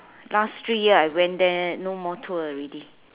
last three year I went there no more tour already